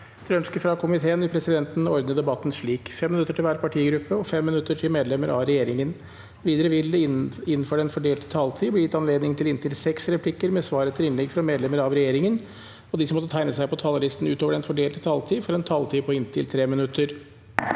konstitusjonskomiteen vil presidenten ordne debatten slik: 5 minutter til hver partigruppe og 5 minutter til medlemmer av regjeringen. Videre vil det – innenfor den fordelte taletid – bli gitt anledning til inntil seks replikker med svar etter innlegg fra medlemmer av regjeringen. De som måtte tegne seg på talerlisten utover den fordelte taletid, får en taletid på inntil 3 minutter.